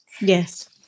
Yes